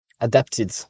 adapted